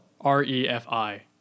R-E-F-I